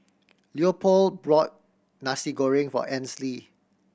Leopold brought Nasi Goreng for Ansley